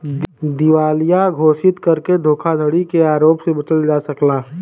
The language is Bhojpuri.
दिवालिया घोषित करके धोखाधड़ी के आरोप से बचल जा सकला